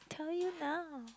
tell you now